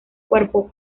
cuerpo